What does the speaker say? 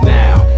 now